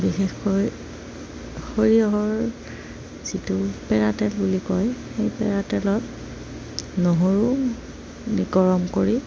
বিশেষকৈ সৰিয়হৰ যিটো পেৰাতেল বুলি কয় সেই পেৰাতেলত নহৰু গৰম কৰি